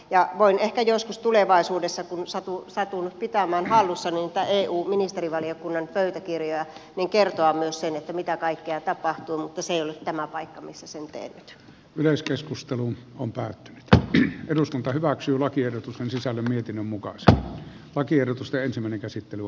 ja voin ehkä joskus tulevaisuudessa kun satun pitämään hallussani niitä eu ministerivaliokunnan pöytäkirjoja kertoa myös sen mitä kaikkea tapahtui mutta se ei ole tämä paikka missä suhteet yleiskeskustelu on päättynyt ja yhä eduskunta hyväksyy lakiehdotusten sisällön niitin mukaansa lakiehdotusta ensimmäinen käsittely